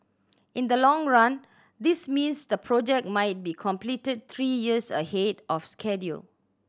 in the long run this means the project might be completed three years ahead of schedule